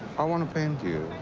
i want to paint you.